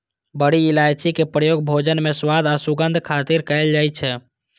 बड़ी इलायची के प्रयोग भोजन मे स्वाद आ सुगंध खातिर कैल जाइ छै